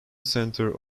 center